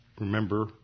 Remember